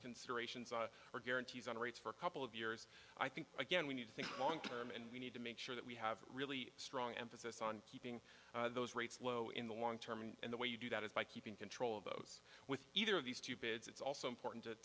considerations or guarantees on rates for a couple of years i think again we need to think long term and we need to make sure that we have really strong emphasis on keeping those rates low in the long term and the way you do that is by keeping control of those with either of these two bids it's also important to